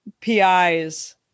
PIs